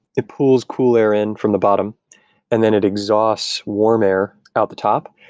it pulls cool air in from the bottom and then it exhausts warm air out the top.